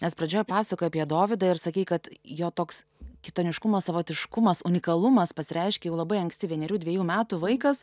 nes pradžioj pasakojai apie dovydą ir sakei kad jo toks kitoniškumas savotiškumas unikalumas pasireiškėjau labai anksti vienerių dvejų metų vaikas